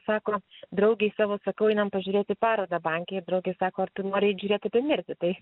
sako draugei savo sakau einam pažiūrėti parodą banke draugė sako ar tu nori eit žiūrėt apie mirtį tai